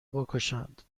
بکشند